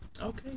Okay